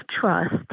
trust